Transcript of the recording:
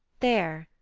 there,